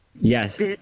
yes